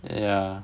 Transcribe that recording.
ya